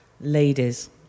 Ladies